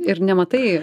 ir nematai